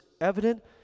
evident